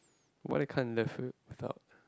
why you can't live it without